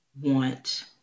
want